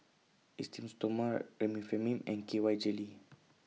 Esteem Stoma Remifemin and K Y Jelly